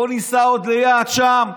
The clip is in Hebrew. בוא ניסע עוד ליעד שם,